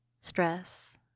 stress